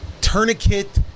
tourniquet